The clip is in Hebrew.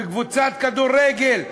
בקבוצת כדורגל,